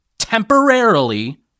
temporarily